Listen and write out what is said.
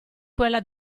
quella